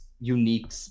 unique